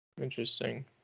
Interesting